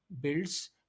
builds